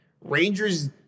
Rangers